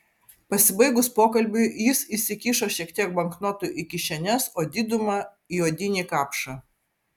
pasibaigus pokalbiui jis įsikišo šiek tiek banknotų į kišenes o didumą į odinį kapšą